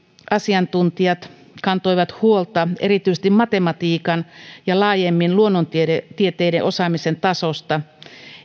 asiantuntijat kantoivat huolta erityisesti esimerkiksi matematiikan ja laajemmin luonnontieteiden osaamisen tasosta